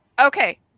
Okay